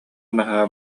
наһаа